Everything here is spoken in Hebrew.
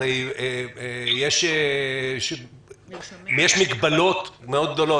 הרי יש מגבלות גדולות מאוד,